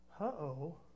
uh-oh